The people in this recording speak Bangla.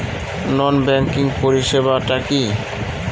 নন ব্যাংকিং পরিষেবা টা কি?